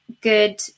good